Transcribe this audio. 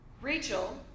Rachel